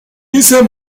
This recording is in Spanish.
esa